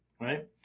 right